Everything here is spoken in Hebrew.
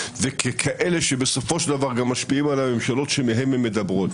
וככאלה שבסופו של דבר גם משפיעים על הממשלות שמהן הם מדברים.